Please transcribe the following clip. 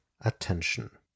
attention